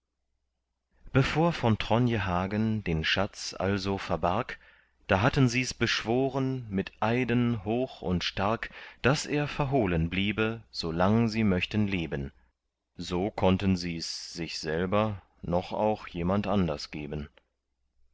bevor von tronje hagen den schatz also verbarg da hatten sie's beschworen mit eiden hoch und stark daß er verhohlen bliebe so lang sie möchten leben so konnten sie's sich selber noch auch jemand anders geben